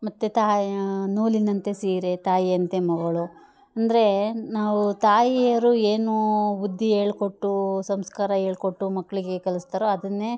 ಮತ್ತೆ ತಾಯಿ ನೂಲಿನಂತೆ ಸೀರೆ ತಾಯಿಯಂತೆ ಮಗಳು ಅಂದರೆ ನಾವು ತಾಯಿಯರು ಏನು ಬುದ್ಧಿ ಹೇಳ್ಕೊಟ್ಟು ಸಂಸ್ಕಾರ ಹೇಳ್ಕೊಟ್ಟು ಮಕ್ಳಿಗೆ ಕಲಿಸ್ತಾರೋ ಅದನ್ನೇ